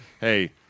hey